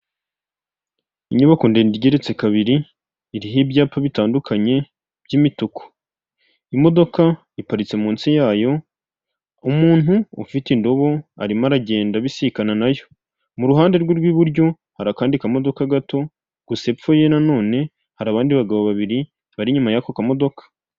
Mu buzima bw'umuntu habamo gukenera kwambara imyambaro myinshi itandukanye ndetse n'inkweto aba bagabo babiri, umwe yambaye ishati y'umweru, ipantaro y'umukara ndetse n'inkweto z'umweru undi yambaye umupira w'umukara n'ipantaro ya kacyi ndetse n'inkweto z'igitaka.